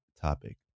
topic